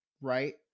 right